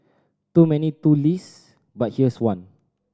too many too list but here's one